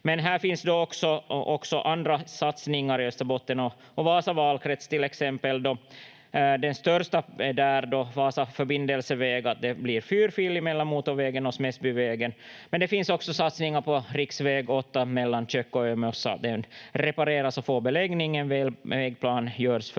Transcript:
men här finns också andra satsningar i Österbotten och Vasa valkrets. Till exempel är den största där att Vasa förbindelseväg blir fyrfilig mellan motorvägen och Smedsbyvägen, men det finns också satsningar på riksväg 8 mellan Tjöck och Ömossa: den repareras och får beläggning. En vägplan görs för